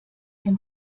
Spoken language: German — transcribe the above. dem